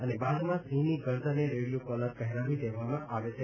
અને બાદમાં સિંહની ગરદને રેડિયો કોલર પહેરાવી દેવામાં આવે છે